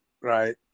right